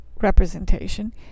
representation